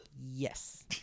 Yes